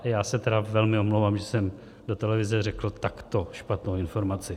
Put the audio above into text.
Já se tedy velmi omlouvám, že jsem do televize řekl takto špatnou informaci.